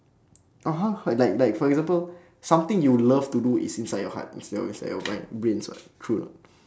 (uh huh) like like for example something you love to do is inside your heart it's not inside your mind brains [what] true or not